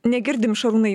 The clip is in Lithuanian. negirdim šarūrnai